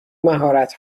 مهارت